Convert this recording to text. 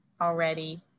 already